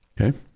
Okay